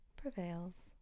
prevails